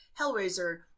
Hellraiser